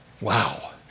Wow